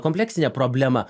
kompleksinė problema